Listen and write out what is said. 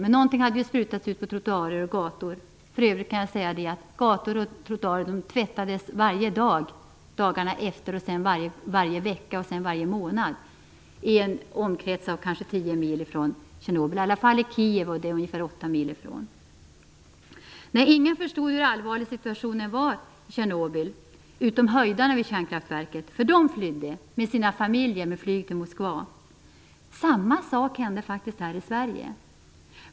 Någonting hade sprutats på trottoarer och gator. För övrigt kan jag säga att gator och trottoarer tvättades varje dag dagarna efter och sedan varje vecka, sedan varje månad i en omkrets av kanske 10 mil från Tjernobyl. Det gjordes i alla i Kiev som ligger 8 mil från Tjernobyl. Men ingen förstod hur allvarlig situationen var i Tjernobyl, utom höjdarna vid kärnkraftverket, för de flydde med sina familjer med flyg till Moskva. Samma sak hände faktiskt här i Sverige.